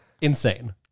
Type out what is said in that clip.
Insane